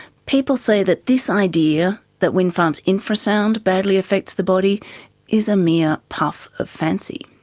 people say that this idea that windfarms' infra-sound badly affects the body is a mere puff of fancy.